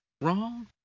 wrong